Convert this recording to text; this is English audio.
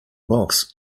box